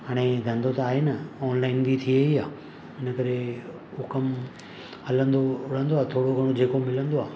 हाणे धंधो त आहे न ऑनलाइन बि थी वई आहे हिन करे हो कमु हलंदो रहंदो आहे थोरो घणो जेको मिलंदो आहे